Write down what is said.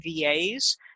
VAs